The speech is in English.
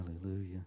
hallelujah